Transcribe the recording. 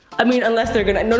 i mean, unless they're gonna,